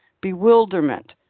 bewilderment